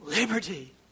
Liberty